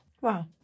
Wow